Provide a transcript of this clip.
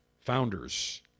founders